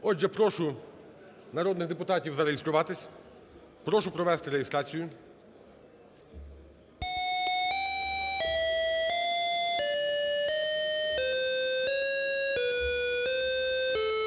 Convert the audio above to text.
Отже, прошу народних депутатів зареєструватись. Прошу провести реєстрацію.